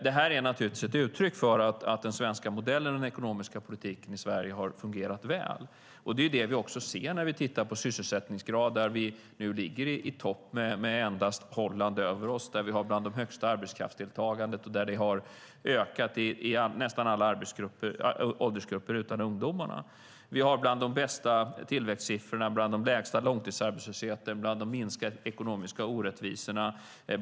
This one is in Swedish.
Det är naturligtvis ett uttryck för att den svenska modellen och den ekonomiska politiken i Sverige har fungerat väl. Det är det vi också ser när vi tittar på sysselsättningsgrad. Där ligger vi nu i topp med endast Holland över oss. Vårt arbetskraftsdeltagande är bland de högsta. Det har ökat i nästan alla åldergrupper utom bland ungdomarna. Vi har bland de bästa tillväxtsiffrorna, en långtidsarbetslöshet som är bland de lägsta, och vi har minskat de ekonomiska orättvisorna.